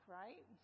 right